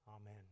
Amen